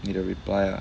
you need a reply lah